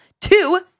two